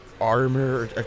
armor